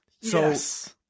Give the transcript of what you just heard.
Yes